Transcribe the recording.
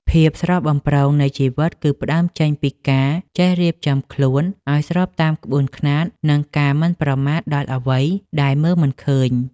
ភាពស្រស់បំព្រងនៃជីវិត គឺផ្តើមចេញពីការចេះរៀបចំខ្លួនឱ្យស្របតាមក្បួនខ្នាត និងការមិនប្រមាថដល់អ្វីដែលមើលមិនឃើញ។